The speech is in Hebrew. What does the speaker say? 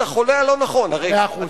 תן לי להתייחס.